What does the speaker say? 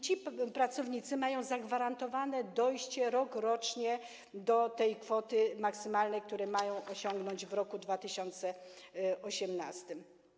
Ci pracownicy mają zagwarantowane dojście rokrocznie do kwoty maksymalnej, którą mają osiągnąć w roku 2018.